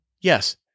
yes